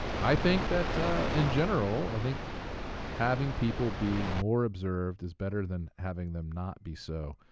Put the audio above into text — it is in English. i think that in general, i think having people be more observed is better than having them not be so.